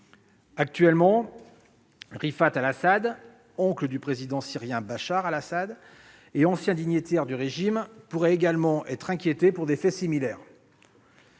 Aujourd'hui, Rifaat al-Assad, oncle du président syrien Bachar al-Assad et ancien dignitaire du régime, pourrait également être inquiété pour des faits similaires.